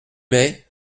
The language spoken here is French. mai